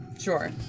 Sure